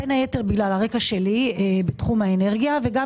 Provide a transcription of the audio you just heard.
בין היתר בגלל הרקע שלי בתחום האנרגיה וגם